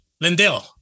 Lindell